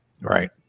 right